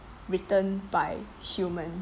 written by human